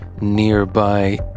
nearby